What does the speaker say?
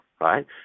right